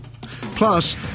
Plus